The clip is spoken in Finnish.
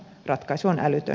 ratkaisu on älytön